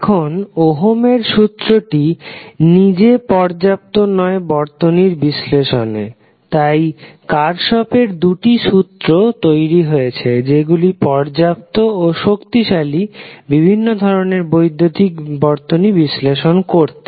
এখন ওহমের সূত্রটি Ohm's Law নিজে পর্যাপ্ত নয় বর্তনীর বিশ্লেষণে তাই কার্শফের দুটি সূত্র Kirchhoff's two lawsKirchhoff's two lawsতৈরি হয়েছে যেগুলো পর্যাপ্ত ও শক্তিশালী বিভিন্ন ধরনের বৈদ্যুতিক বর্তনী বিশ্লেষণ করতে